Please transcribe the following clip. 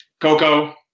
Coco